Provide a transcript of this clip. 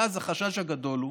ואז החשש הגדול הוא